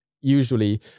usually